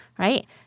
right